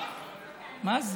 מה זה?